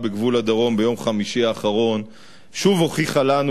בגבול הדרום ביום חמישי האחרון שוב הוכיחה לנו,